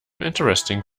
interesting